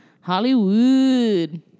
Hollywood